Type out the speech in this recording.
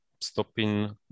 stopping